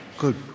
Good